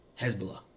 Hezbollah